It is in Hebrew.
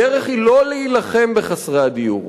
הדרך היא לא להילחם בחסרי הדיור,